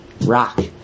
Rock